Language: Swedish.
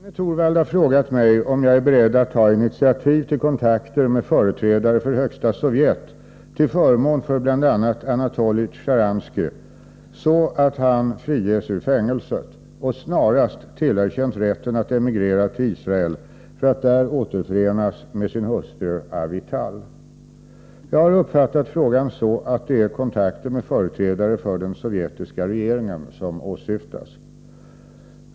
Herr talman! Rune Torwald har frågat mig om jag är beredd ta initiativ till kontakter med företrädare för Högsta Sovjet till förmån för bl.a. Anatolij Sjtjaranskij så att han friges ur fängelset och snarast tillerkänns rätten att emigrera till Israel för att där återförenas med sin hustru Avital. Jag har uppfattat frågan så att det är kontakter med företrädare för den sovjetiska regeringen som åsyftas.